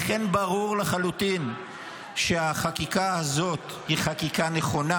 לכן ברור לחלוטין שהחקיקה הזאת היא חקיקה נכונה,